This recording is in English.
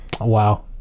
Wow